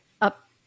up